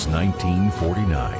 1949